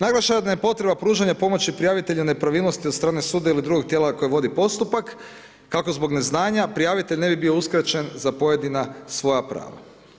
Naglašena je potreba pružanja pomoći prijaviteljima nepravilnosti od strane suda ili drugog tijela koje vodi postupak kako zbog neznanja prijavitelj ne bi bio uskraćen za pojedina svoja prava.